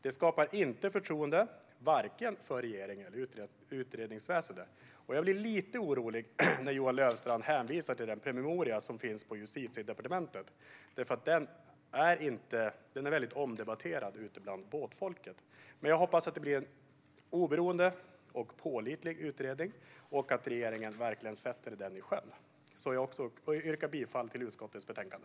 Detta skapar inte förtroende vare sig för regeringen eller för utredningsväsendet. Jag blir lite orolig när Johan Löfstrand hänvisar till den promemoria som finns på Justitiedepartementet, för den är väldigt omdebatterad bland båtfolket. Men jag hoppas att det blir en oberoende och pålitlig utredning och att regeringen verkligen sätter den i sjön. Jag yrkar också bifall till utskottets förslag.